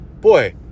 boy